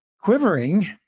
quivering